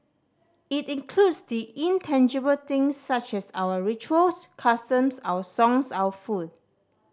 it includes the intangible things such as our rituals customs our songs our food